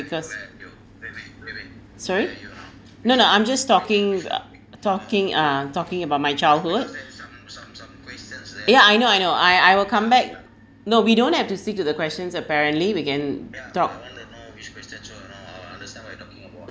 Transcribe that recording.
because sorry no no I'm just talking uh talking ah talking about my childhood ya I know I know I I will come back no we don't have to stick to the questions apparently we can talk